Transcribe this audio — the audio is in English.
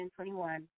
2021